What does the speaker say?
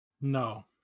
No